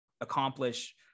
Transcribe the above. accomplish